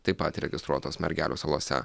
taip pat registruotos mergelių salose